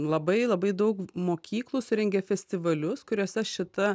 labai labai daug mokyklų surengė festivalius kuriuose šita